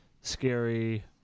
scary